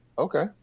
Okay